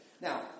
Now